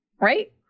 Right